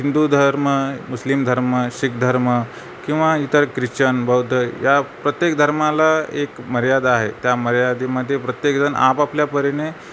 हिंदू धर्म मुस्लिम धर्म शिख धर्म किंवा इतर ख्रिश्चन बौद्ध या प्रत्येक धर्माला एक मर्यादा आहे त्या मर्यादेमध्ये प्रत्येकजण आपापल्या परीने